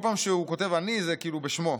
בכל פעם שהוא כותב "אני" זה כאילו בשמו,